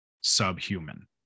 subhuman